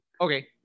Okay